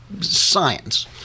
science